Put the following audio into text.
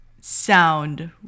sound